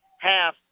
half